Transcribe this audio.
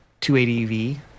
280V